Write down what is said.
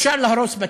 אפשר להרוס בתים,